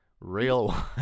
real